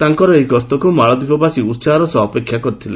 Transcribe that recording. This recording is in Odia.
ତାଙ୍କ ଏହି ଗସ୍ତକୁ ମାଳଦ୍ୱୀପବାସୀ ଉତ୍ପାହର ସହ ଅପେକ୍ଷା କରିଛନ୍ତି